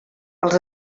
els